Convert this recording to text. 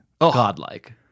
Godlike